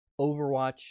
Overwatch